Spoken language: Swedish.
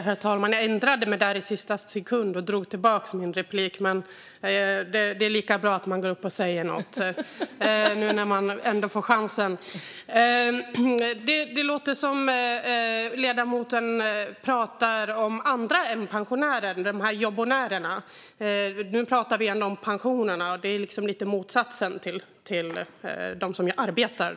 Herr talman! Jag ändrade mig egentligen i sista sekund och drog tillbaka min begäran om att ta replik. Men det är lika bra att gå upp och säga något när man ändå får chansen. Det låter som att ledamoten talar om andra, om jobbonärerna, och inte pensionärerna. Nu gäller det ändå pensioner. Då handlar det lite om motsatsen till dem som arbetar.